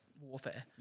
warfare